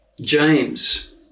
James